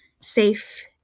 safe